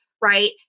right